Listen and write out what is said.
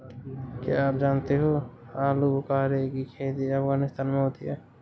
क्या आप जानते हो आलूबुखारे की खेती अफगानिस्तान में होती है